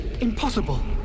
Impossible